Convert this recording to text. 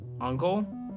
uncle